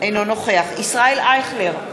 אינו נוכח ישראל אייכלר,